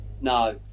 No